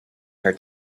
her